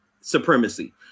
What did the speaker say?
supremacy